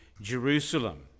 Jerusalem